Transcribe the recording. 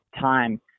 time